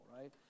right